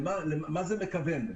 למה זה מכוון?